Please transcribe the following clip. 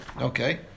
Okay